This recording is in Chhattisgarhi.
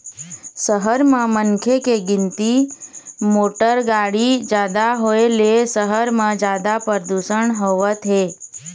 सहर म मनखे के गिनती, मोटर गाड़ी जादा होए ले सहर म जादा परदूसन होवत हे